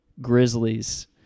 Grizzlies